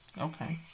okay